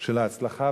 של ההצלחה